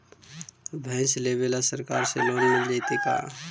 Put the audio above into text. भैंस लेबे ल सरकार से लोन मिल जइतै का?